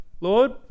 Lord